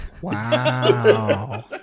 Wow